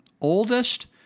oldest